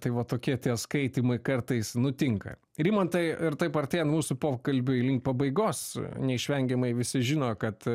tai va tokie tie skaitymai kartais nutinka rimantai ir taip artėjant mūsų pokalbiui link pabaigos neišvengiamai visi žino kad